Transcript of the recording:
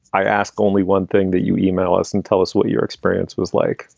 i ask only one thing that you you e-mail us and tell us what your experience was like.